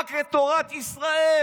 רק את תורת ישראל,